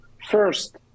First